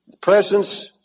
Presence